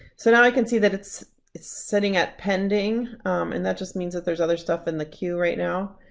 so now i can see that it's it's sitting at pending and that just means that there's other stuff in the queue right now,